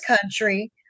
country